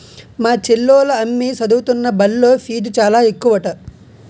మా చెల్లోల అమ్మి సదువుతున్న బల్లో ఫీజు చాలా ఎక్కువట